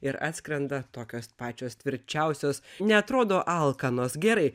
ir atskrenda tokios pačios tvirčiausios neatrodo alkanos gerai